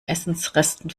essensresten